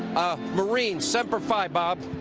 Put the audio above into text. a marine, semper fi, bob.